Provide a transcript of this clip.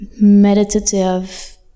meditative